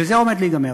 וזה עומד להיגמר,